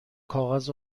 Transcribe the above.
کاغذ